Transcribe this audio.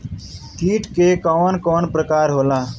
कीट के कवन कवन प्रकार होला?